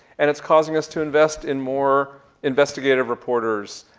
and it's causing us to invest in more investigative reporters,